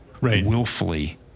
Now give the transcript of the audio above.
willfully